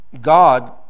God